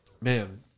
man